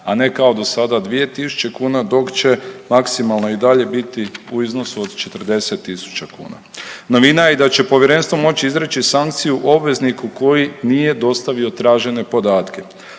a ne kao do sada 2.000 kuna dok će maksimalno i dalje biti u iznosu od 40.000 kuna. Novina je da će povjerenstvo moći izreći sankciju obvezniku koji nije dostavio tražene podatke.